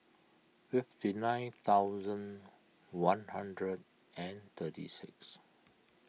fifty nine thousand one hundred and thirty six